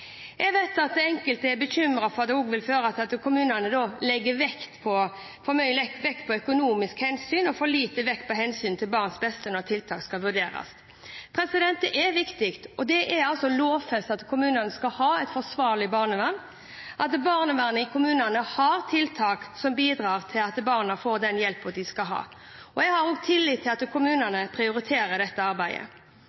Jeg vet at enkelte er bekymret for at det også vil føre til at kommunene da legger for mye vekt på økonomiske hensyn og for lite vekt på hensynet til barns beste når tiltak skal vurderes. Det er viktig og altså lovfestet at kommunene skal ha et forsvarlig barnevern, at barnevernet i kommunene skal ha tiltak som bidrar til at barna får den hjelpen de skal ha, og jeg har også tillit til at